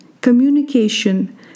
communication